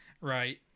Right